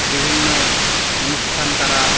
বিভিন্ন অনুষ্ঠান তারা